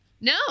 No